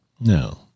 No